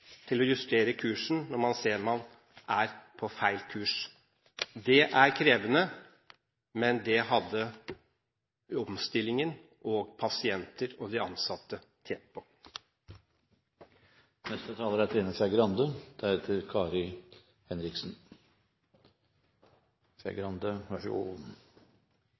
til å justere kursen når man ser at man er på feil kurs. Det er krevende, men det hadde omstillingen, pasientene og de ansatte